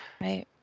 Right